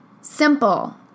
Simple